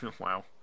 Wow